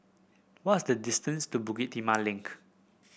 what is the distance to Bukit Timah Link